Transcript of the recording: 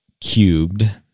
cubed